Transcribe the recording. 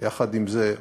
יחד עם זה,